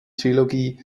trilogie